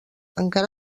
encara